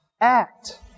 act